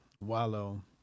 Wallow